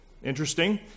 Interesting